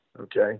okay